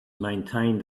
maintained